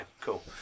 cool